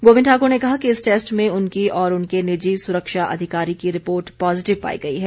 गोविंद ठाकुर ने कहा है कि इस टैस्ट में उनकी और उनके निजी सुरक्षा अधिकारी की रिपोर्ट पॉजीटिव पाई गई है